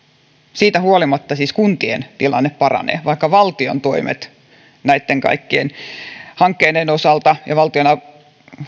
siitä huolimatta siis kuntien tilanne paranee vaikka valtion toimet näitten kaikkien hankkeiden osalta ja valtionapujen